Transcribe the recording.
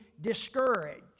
discouraged